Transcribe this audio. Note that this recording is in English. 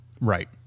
Right